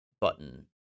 button